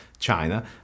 China